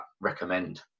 recommend